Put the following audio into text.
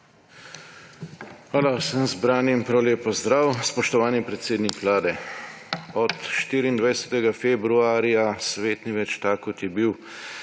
Hvala. Vsem zbranim prav lep pozdrav! Spoštovani predsednik Vlade! Od 24. februarja svet ni več tak kot je bil,